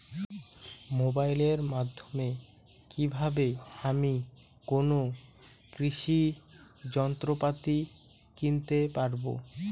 মোবাইলের মাধ্যমে কীভাবে আমি কোনো কৃষি যন্ত্রপাতি কিনতে পারবো?